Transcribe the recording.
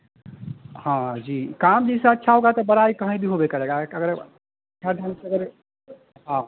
हाँ जी काम जैसा अच्छा होगा तो बराई कहीं भी होवे करेगा अगर अच्छा ढंग से करे हाँ